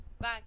Bye